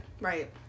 Right